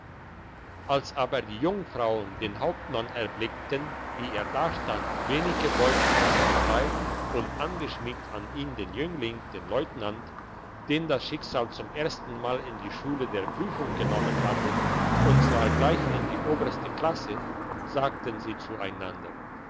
als aber die jungfrauen den hauptmann erblickten wie er dastand wenig gebeugt von seinen leiden und angeschmiegt an ihn den jüngling den leutnant den das schicksal zum ersten mal in die schule der prüfung genommen hatte und zwar gleich in die oberste klasse sagten sie zueinander